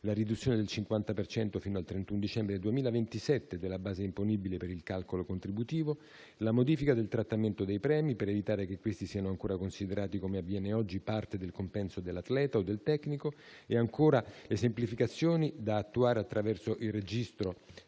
alla riduzione del 50 per cento fino al 31 dicembre 2027 della base imponibile per il calcolo contributivo; alla modifica del trattamento dei premi per evitare che questi siano ancora considerati, come avviene oggi, parte del compenso dell'atleta o del tecnico; alle semplificazioni da attuare attraverso il registro